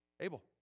Abel